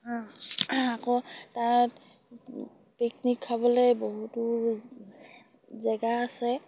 আকৌ তাত পিকনিক খাবলে বহুতো জেগা আছে